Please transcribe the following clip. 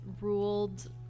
ruled